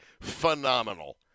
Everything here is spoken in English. phenomenal